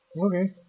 Okay